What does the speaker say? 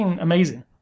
amazing